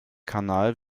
kanal